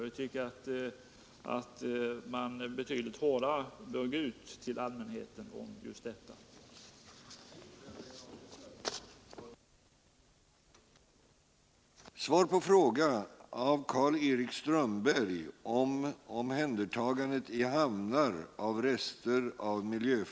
Jag tycker att man betydligt hårdare bör gå ut till allmänheten med upplysningar om den här stolens risker.